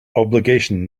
obligation